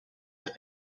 have